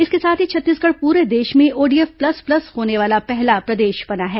इसके साथ ही छत्तीसगढ़ पूरे देश में ओडीएफ प्लस प्लस होने वाला पहला प्रदेश बना है